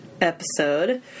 episode